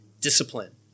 discipline